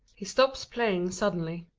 he stops playing suddenly,